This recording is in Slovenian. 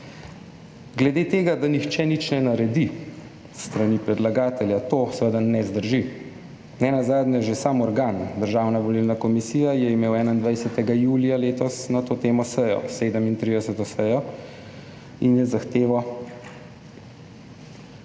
Glede tega, da nihče nič ne naredi s strani predlagatelja, to seveda ne zdrži. Nenazadnje že sam organ, Državna volilna komisija, je imel 21. julija letos na to temo sejo, 37. sejo in je zahtevo